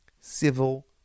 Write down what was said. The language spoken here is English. Civil